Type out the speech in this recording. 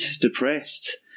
depressed